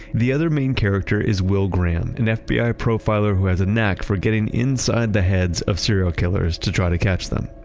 the other main character is will graham, and an fbi profiler profiler who has a knack for getting inside the heads of serial killers to try to catch them.